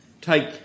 Take